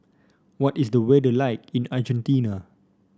what is the weather like in Argentina